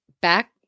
back